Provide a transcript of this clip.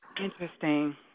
Interesting